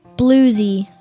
bluesy